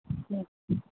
جی